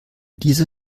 dieser